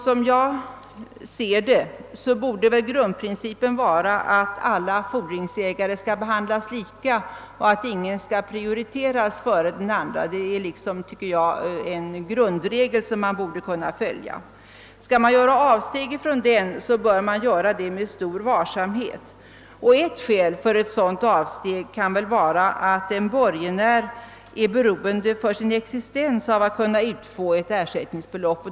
Som jag ser det borde grundprincipen vara att alla fordringsägare skall behandlas lika och att ingen skall prioriteras före den andre. Det är enligt min uppfattning en grundregel som man bör kunna följa. Skall man göra avsteg från den, bör man göra det med stor varsamhet. Ett skäl för ett sådant avsteg kan väl vara att en borgenär för sin existens är beroende av att kunna utfå ett ersättningsbelopp.